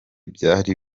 byari